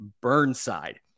Burnside